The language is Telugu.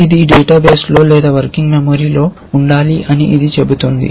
ఇది డేటాబేస్లో లేదా వర్కింగ్ మెమరీలో ఉండాలి అని ఇది చెబుతుంది